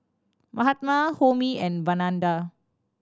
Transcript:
Mahatma Homi and Vandana